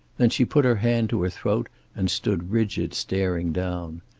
then she put her hand to her throat and stood rigid, staring down.